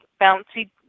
bouncy